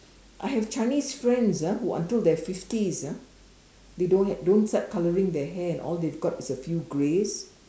I have Chinese friends ah who until they are fifties ah they don't have don't start colouring their hair all they have got is a few grays